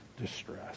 distress